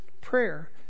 prayer